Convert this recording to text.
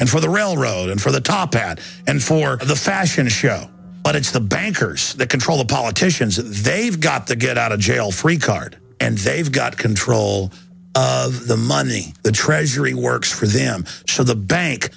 and for the railroad and for the top pad and for the fashion show but it's the bankers that control the politicians that they've got the get out of jail free card and they've got control of the money the treasury works for them so the bank